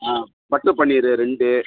ஆ butter paneer ரெண்டு